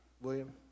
William